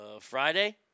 Friday